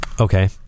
Okay